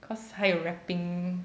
cause 还有 wrapping